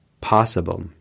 possible